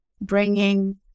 bringing